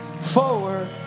forward